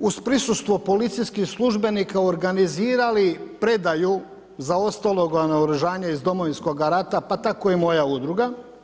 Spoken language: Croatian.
uz prisustvo policijskih službenika organizirali predaju zaostaloga naoružanja iz Domovinskoga rata, pa tako i moja udruga.